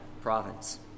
province